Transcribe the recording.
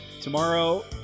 Tomorrow